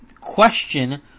question